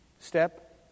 Step